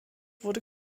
wurde